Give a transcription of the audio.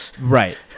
Right